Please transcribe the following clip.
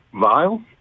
vile